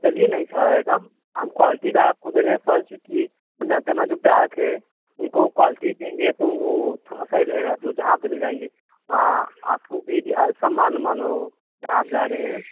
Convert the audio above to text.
चलिए नहीं सड़ा रहेगा हम क्वालिटीदार आपको दे रहे हैं फल क्योंकि हम जानते हैं हमारे जो ग्राहक हैं उनको क्वालिटी देंगे तो वो थोड़ा सही रहेगा जो जहाँ पे ले जाएंगे वहाँ आपको भी सम्मान वम्मान हो जहाँ आप जा रहे हैं